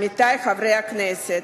עמיתי חברי הכנסת,